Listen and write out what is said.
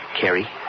Carrie